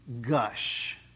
gush